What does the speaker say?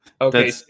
Okay